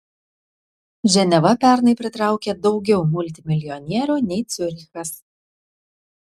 ženeva pernai pritraukė daugiau multimilijonierių nei ciurichas